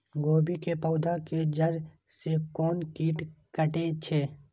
गोभी के पोधा के जड़ से कोन कीट कटे छे?